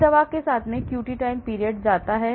इस दवा के साथ QT time period जाती है